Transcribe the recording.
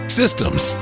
systems